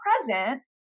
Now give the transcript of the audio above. present